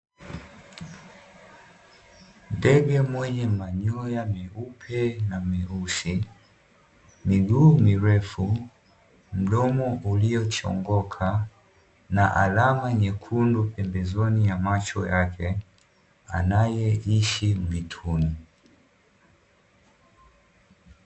Ndege mwenye manyoa meupe na meusi, miguu mirefu, mdomo uliochongoka na alama nyekundu pembezoni ya macho yake anayoishi mwituni.